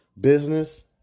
business